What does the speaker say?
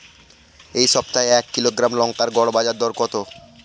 এই সপ্তাহে এক কিলোগ্রাম লঙ্কার গড় বাজার দর কত?